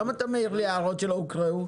למה אתה לא נצמד לסעיפים?